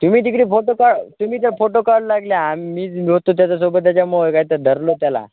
तुम्ही तिकडे फोटो काढ तुम्ही ते फोटो काढू लागले आम्ही होतो त्याच्यासोबत त्याच्यामुळं काय तर धरलो त्याला